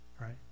right